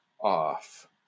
off